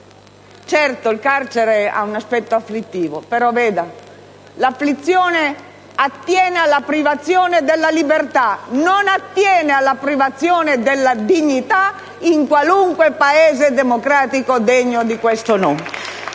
carcere ha certamente un aspetto afflittivo, ma l'afflizione attiene alla privazione della libertà e non attiene alla privazione della dignità in qualunque Paese democratico degno di questo nome.